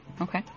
Okay